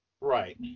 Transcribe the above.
Right